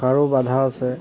ভাষাৰো বাধা আছে